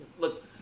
Look